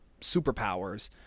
superpowers